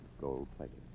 gold-plated